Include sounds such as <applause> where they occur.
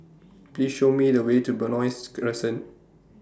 Please Show Me The Way to Benoi <unintelligible> Crescent